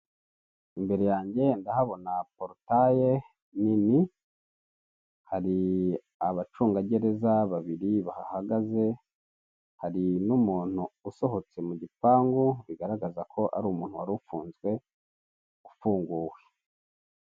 Imbere yange ndahabona porutaye nini, hari abacungagereza babiri bahahagaze, hari n'umuntu usohotse mu gipangu, bigaragaza ko ari umuntu wari ufunzwe, ufunguwe.